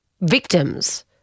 victims